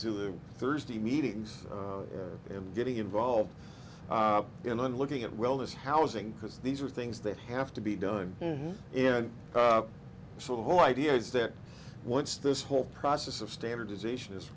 doing thursday meetings and getting involved in and looking at wellness housing because these are things that have to be done and so the whole idea is that once this whole process of standardization is